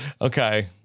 okay